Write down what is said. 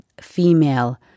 female